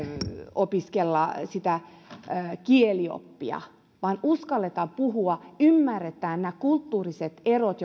opiskella sitä kielioppia uskalletaan puhua ymmärretään kulttuuriset erot